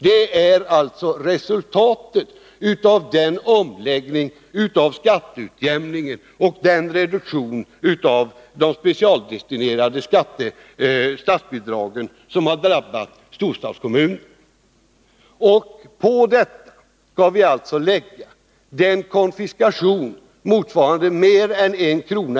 Det är alltså resultatet av den omläggning av skatteutjämningen och den reduktion av de specialdestinerade statsbidragen som har drabbat storstadskommunerna. Härtill kommer den konfiskation, motsvarande mer än 1 kr.